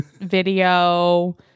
video